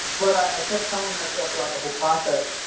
but i kept telling myself throughout the whole process,